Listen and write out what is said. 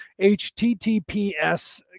HTTPS